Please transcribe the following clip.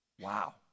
Wow